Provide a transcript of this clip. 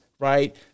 Right